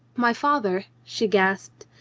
my father! she gasped.